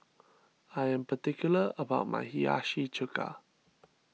I am particular about my Hiyashi Chuka